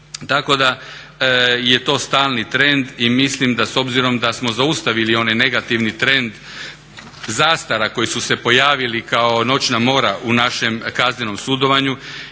Tako da je to stalni trend i mislim da s obzirom da smo zaustavili onaj negativni trend zastara koji su se pojavili kao noćna mora u našem kaznenom sudovanju